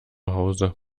hause